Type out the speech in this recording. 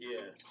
Yes